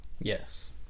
Yes